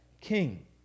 king